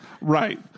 Right